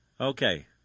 Okay